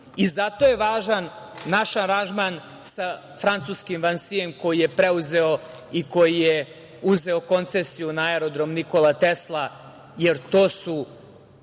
i zato je važan naš aranžman sa francuskim Vansijem koji je preuzeo i koji je uzeo koncesiju na aerodrom „Nikola Tesla“.To su